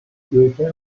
repair